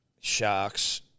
Sharks